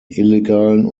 illegalen